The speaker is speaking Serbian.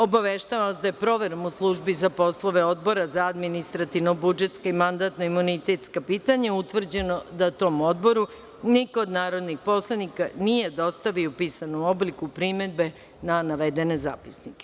Obaveštavam vas da je proverom u službi za poslove Odbora za administrativno-budžetska i mandatno-imunitetska pitanja utvrđeno da tom Odboru niko od narodnih poslanika nije dostavio u pisanom obliku primedbe na navedene zapisnike.